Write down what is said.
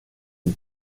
and